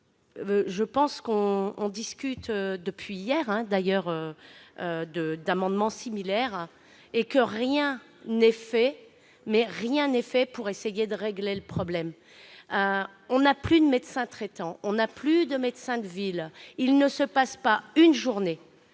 examinons depuis hier des amendements similaires, mais rien n'est fait pour essayer de régler le problème. On n'a plus de médecins traitants, on n'a plus de médecins de ville ! Il ne se passe pas une journée